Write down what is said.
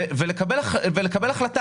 ולקבל החלטה